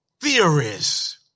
theories